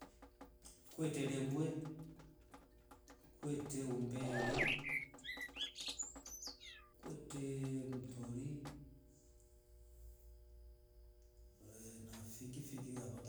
Kwete rembo kwete umbere kwete mtori ee ha vingii vingii.